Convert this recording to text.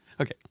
Okay